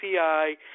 API